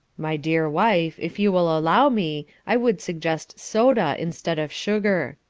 my dear wife, if you will allow me, i would suggest soda instead of sugar.